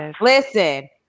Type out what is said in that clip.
Listen